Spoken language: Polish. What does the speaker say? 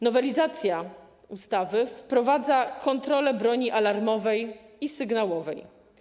Nowelizacja ustawy wprowadza kontrolę broni alarmowej i sygnałowej.